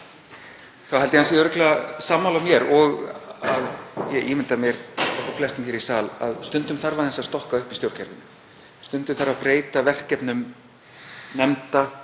þá held ég að hann sé örugglega sammála mér, og ég ímynda mér flestum í þessum sal, um að stundum þarf aðeins að stokka upp í stjórnkerfinu. Stundum þarf að breyta verkefnum nefnda